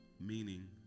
meaning